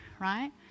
right